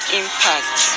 impact